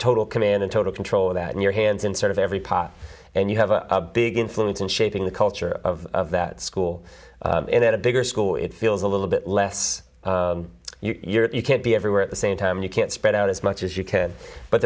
total command in total control of that in your hands and sort of every pot and you have a big influence in shaping the culture of that school in a bigger school it feels a little bit less you're you can't be everywhere at the same time you can't spread out as much as you can but